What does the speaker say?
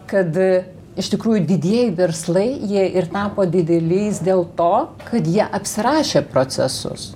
kad iš tikrųjų didieji verslai jie ir tapo dideliais dėl to kad jie apsirašė procesus